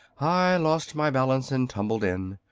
i lost my balance and tumbled in.